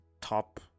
top